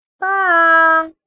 Bye